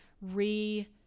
re-